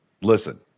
Listen